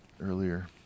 earlier